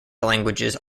languages